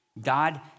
God